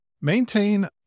Maintain